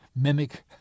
mimic